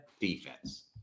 defense